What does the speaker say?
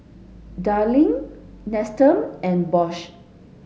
Darlie Nestum and Bosch